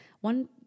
one